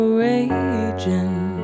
raging